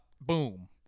boom